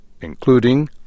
including